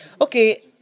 okay